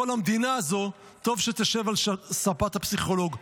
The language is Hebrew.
כל המדינה הזו טוב שתשב על הספה הפסיכולוג.